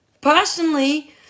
Personally